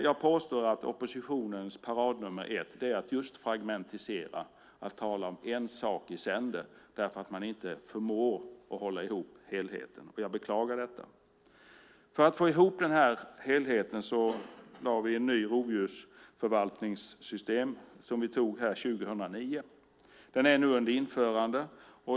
Jag påstår att oppositionens paradnummer är just att fragmentisera, att tala om en sak i sänder, eftersom man inte förmår att hålla ihop helheten. Jag beklagar detta. För att få ihop den här helheten lade vi fram förslag om en ny rovdjursförvaltning, som vi antog här 2009. Den är nu under införande.